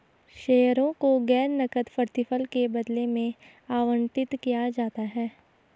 शेयरों को गैर नकद प्रतिफल के बदले में आवंटित किया जाता है